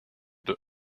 deux